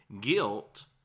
guilt